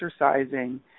exercising